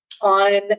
on